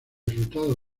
resultados